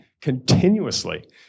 continuously